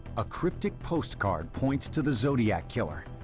a cryptic postcard points to the zodiac killer.